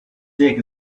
dick